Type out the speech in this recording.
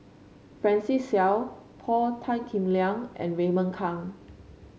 Francis Seow Paul Tan Kim Liang and Raymond Kang